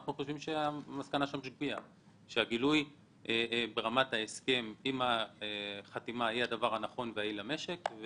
אנחנו חושבים שהגילוי ברמת ההסכם עם החתימה היא הדבר הנכון והיעיל למשק.